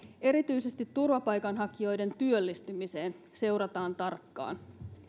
erityisesti turvapaikanhakijoiden työllistymiseen seurataan tarkkaan